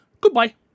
goodbye